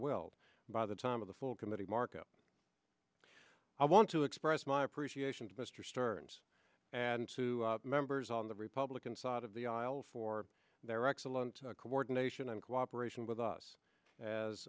well by the time of the full committee markup i want to express my appreciation to mr stearns and to members on the republican side of the aisle for their excellent coordination and cooperation with us as